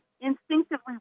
instinctively